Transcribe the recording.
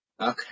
Okay